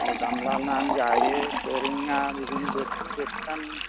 मावदामलानानै जायो थोरोङा बिदिनो बोथिनै बोथिथाम